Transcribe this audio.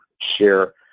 share